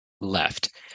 left